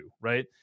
right